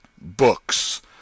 Books